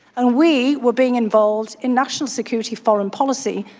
and we were being involved in national security foreign policy.